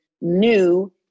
new